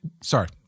Sorry